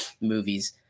movies